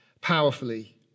powerfully